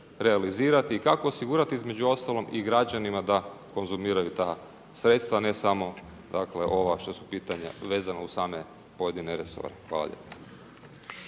i kako osigurati između ostalog i građanima da konzumiraju ta sredstava a ne samo dakle ova što su pitanja, vezano uz same pojedine resore. Hvala lijepa.